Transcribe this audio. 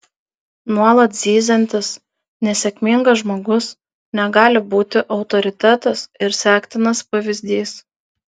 nuolat zyziantis nesėkmingas žmogus negali būti autoritetas ir sektinas pavyzdys